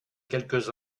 quelques